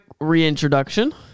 reintroduction